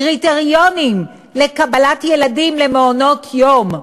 קריטריונים לקבלת ילדים למעונות-יום.